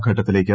ഘട്ടത്തിലേക്ക്